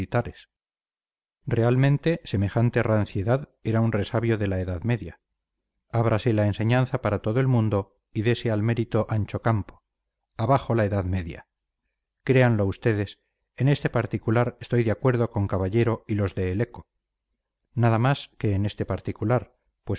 realmente semejante ranciedad era un resabio de la edad media ábrase la enseñanza para todo el mundo y dese al mérito ancho campo abajo la edad media créanlo ustedes en este particular estoy de acuerdo con caballero y los de el eco nada más que en este particular